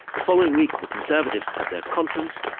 the following week, the conservatives had their conference,